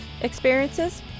experiences